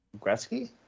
Gretzky